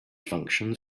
functions